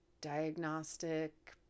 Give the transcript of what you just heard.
diagnostic